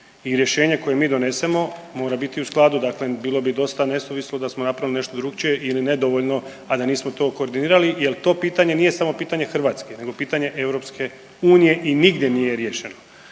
i rješenje koje mi donesemo mora biti u skladu dakle bi dosta nesuvislo da smo napravili nešto drukčije ili nedovoljno, a da nismo to koordinirali jel to pitanje nije samo pitanje Hrvatske nego pitanje EU i nigdje nije riješeno.